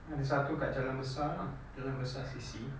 ada satu dekat jalan besar uh jalan besar C_C